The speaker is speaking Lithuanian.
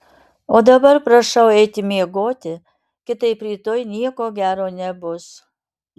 o dabar prašau eiti miegoti kitaip rytoj nieko gero nebus